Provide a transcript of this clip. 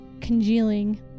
congealing